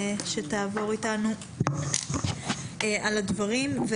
שתעבור איתנו על הדברים?